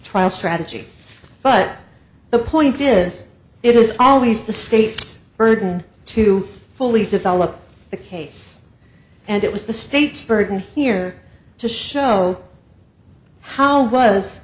trial strategy but the point is it was always the state's burden to fully develop the case and it was the state's burden here to show how was